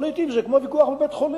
אבל לעתים זה כמו ויכוח בבית-חולים,